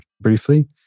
briefly